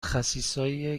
خسیسایی